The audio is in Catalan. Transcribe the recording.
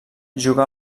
juga